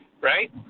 right